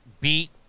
beat